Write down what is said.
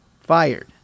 Fired